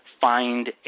find